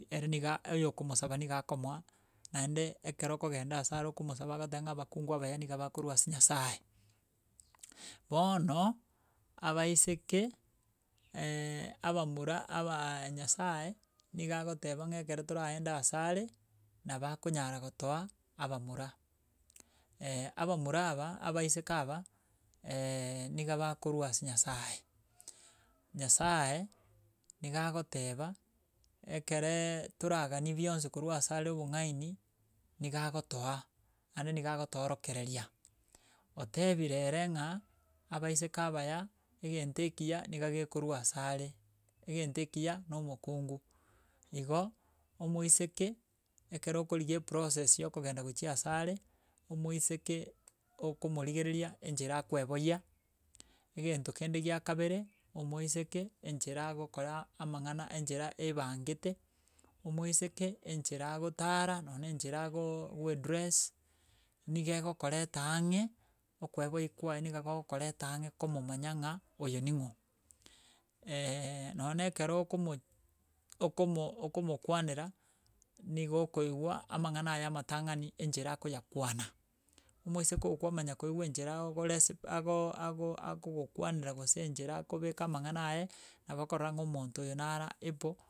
Ere niga oyo okomosaba niga akomoa, naende ekero okogenda ase are okomosaba agoteba ng'a abakungu abaya niga bakorwa ase nyasaye. Bono, abaiseke abamura abaanyasaye niga ogoteba ng'a ekero toraende asa are, nabo akonyara gotoa abamura. Abamura aba abaiseke aba niga bakorwa ase nyasaye, nyasaye niga agoteba ekereee toragani bionsi korwa ase are obong'aini niga agotoa, naende niga agotoorokereria. Otebire ere ng'a abaiseke abaya, egente ekiya, niga gekorwa ase are, egente ekiya na omokungu, igo omoiseke, ekere okorigia eprocess ya okogenda gochia ase are, omoiseke okomorigereria enchera akoebwoyia, egento kende gia kabere, omoiseke enchera agokora amang'ana enchera aebangete, omoiseke enchera agotara, nonye na enchera agoooo wedress, niga egokoreta ang'e okoeboyi kwaye niga gogokoreta ang'e komomanya ing'a oyo ning'o nonye ekero okomo okomo okomokwanera, nigo okoigwa amang'ana aye amatang'ani enchera akoyakwana. Omoiseke oyo kwamanya koigwa enchera akoresp ago ago akogokwanera gose enchera akobeka amang'ana aye, nabo okorora ng'a omonto oyo nara able.